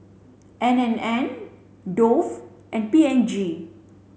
N and N Dove and P and G